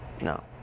No